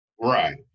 right